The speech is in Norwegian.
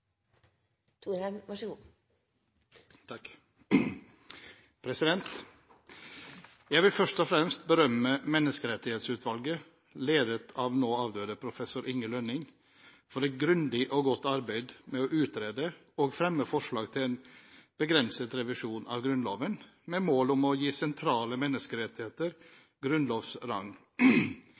Jeg vil først og fremst berømme Menneskerettighetsutvalget, ledet av nå avdøde professor Inge Lønning, for et grundig og godt arbeid med å utrede og fremme forslag til en begrenset revisjon av Grunnloven med mål om å gi sentrale menneskerettigheter